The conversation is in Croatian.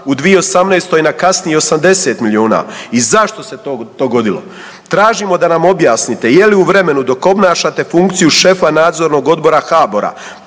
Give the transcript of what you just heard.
u 2018. na kasnijih 80 milijuna i zašto se to dogodilo? Tražimo da nam objasnite je li u vremenu dok obnašate funkciju šefa nadzornog odbora HBOR-a